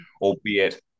albeit